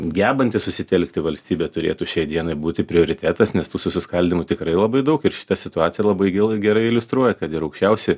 gebanti susitelkti valstybė turėtų šiai dienai būti prioritetas nes tų susiskaldymų tikrai labai daug ir šita situacija labai gel gerai iliustruoja kad ir aukščiausi